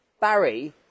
Barry